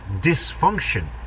dysfunction